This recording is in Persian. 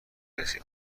کسی